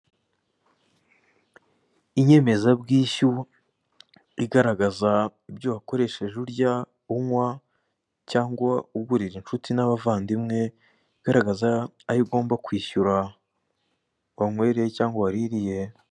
Inyemezabwishyu igaragaza ibyo wakoresheje urya, unywa cyangwa ugurira inshuti n'abavandimwe, igaragaza ayo ugomba kwishyura wanywereye cyangwa waririye.